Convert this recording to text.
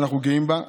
שאנחנו גאים בה,